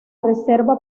reserva